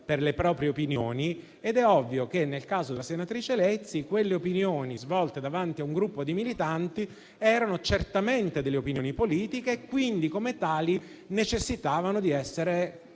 per le proprie opinioni. Ed è ovvio che, nel caso della senatrice Lezzi, quelle opinioni espresse davanti a un gruppo di militanti erano certamente delle opinioni politiche e, come tali, necessitavano di essere